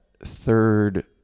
third